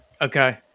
okay